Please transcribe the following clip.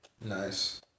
Nice